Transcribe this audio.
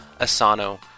Asano